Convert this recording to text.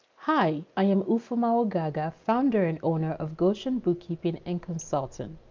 hi, i am ufuoma ogaga, founder and owner of goshen bookkeeping and. consulting.